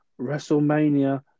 WrestleMania